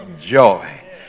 joy